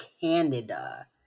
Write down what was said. Canada